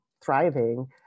thriving